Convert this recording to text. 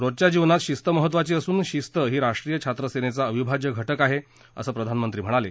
रोजच्या जीवनात शिस्त महत्त्वाची असून शिस्त ही राष्ट्रीय छात्र सेनेचा अविभाज्य घटक आहे असं प्रधानमंत्री म्हणाले